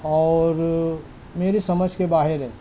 اور میری سمجھ کے باہر ہے